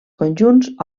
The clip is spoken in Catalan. conjunts